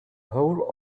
whole